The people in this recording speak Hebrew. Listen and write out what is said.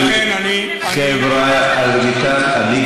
אני מוותרת על חמש הדקות שלי.